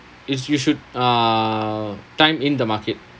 it's you should err time in the market